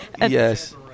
Yes